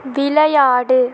விளையாடு